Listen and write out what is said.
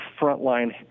frontline